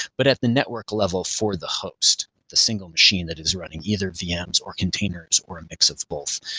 but at the network level for the host, the single machine that is running either vm's or containers or a mix of both.